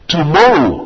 Tomorrow